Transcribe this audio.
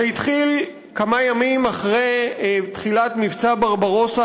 זה התחיל כמה ימים אחרי תחילת מבצע ברברוסה,